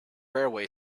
railway